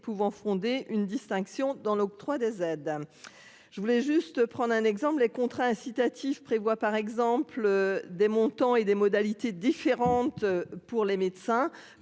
pouvant fonder une distinction dans l'octroi des aides. Je voulais juste prendre un exemple, les contrats incitatif prévoit par exemple des montant et des modalités différentes pour les médecins